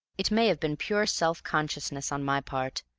it may have been pure self-consciousness on my part,